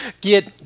get